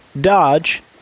Dodge